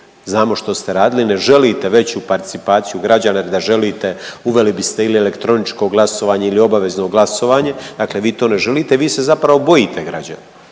znamo što ste radili, ne želite veću participaciju građana jer da želite uveli biste ili elektroničko glasovanje ili obavezno glasovanje, dakle vi to ne želite i vi se zapravo bojite građana,